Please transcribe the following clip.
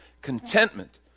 Contentment